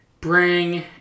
Bring